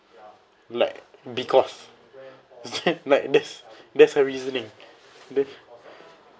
like because like that's that's the reasoning that's